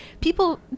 people